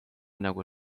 nagu